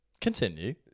Continue